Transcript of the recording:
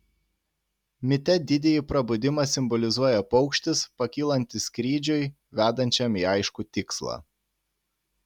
mite didįjį prabudimą simbolizuoja paukštis pakylantis skrydžiui vedančiam į aiškų tikslą